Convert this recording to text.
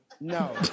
No